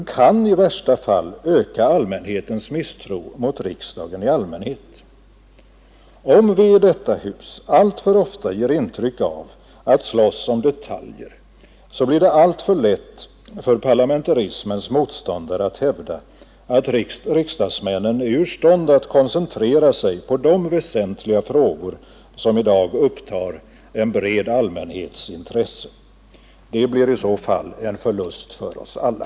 Det kan i värsta fall öka allmänhetens misstro mot riksdagen som sådan. Om vi i detta hus alltför ofta ger intryck av att slåss om detaljer, blir det alltför lätt för parlamentarismens motståndare att hävda, att riksdagsmännen är ur stånd att koncentrera sig på de väsentliga frågor som i dag upptar en bred allmänhets intresse. Det blir i så fall en förlust för oss alla.